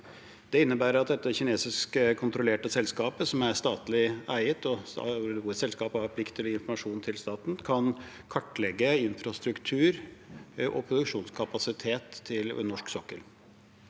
Det innebærer at dette kinesisk-kontrollerte selskapet, som er statlig eid, og hvor selskapet har plikt til å gi informasjon til staten, kan kartlegge infrastruktur og produksjonskapasitet på norsk sokkel.